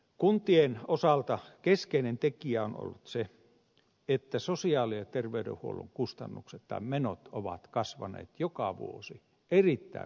kuntien osalta keskeinen tekijä on ollut se että sosiaali ja terveydenhuollon menot ovat kasvaneet joka vuosi erittäin voimakkaasti